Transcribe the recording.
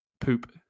poop